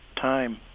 Time